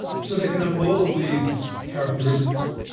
so they can have all of these characteristics.